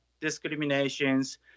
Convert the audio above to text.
discriminations